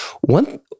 one